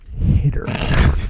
hitter